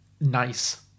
nice